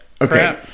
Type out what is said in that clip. Okay